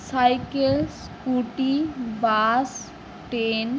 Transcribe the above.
cycle scooty bus train